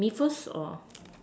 me first or